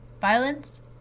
violence